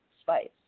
spice